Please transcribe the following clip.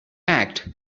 act